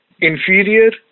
inferior